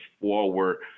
forward